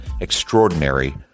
extraordinary